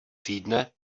týdne